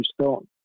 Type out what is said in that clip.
Stone